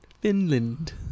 Finland